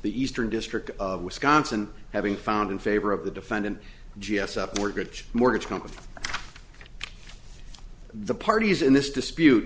the eastern district of wisconsin having found in favor of the defendant jessup mortgage mortgage company the parties in this dispute